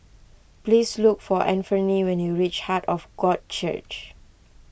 please look for Anfernee when you reach Heart of God Church